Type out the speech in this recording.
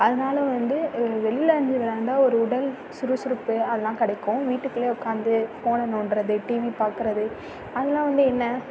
அதனால் வந்து வெளியில் வந்து விளையாண்டால் ஒரு உடல் சுறுசுறுப்பு அதெல்லாம் கிடைக்கும் வீட்டக்குள்ளேயே உட்காந்து ஃபோனை நோண்டுகிறது டீவி பாக்கிறது அதெல்லாம் வந்து என்ன